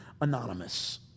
Anonymous